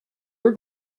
were